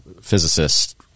physicist